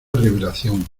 revelación